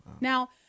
Now